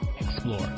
explore